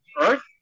Earth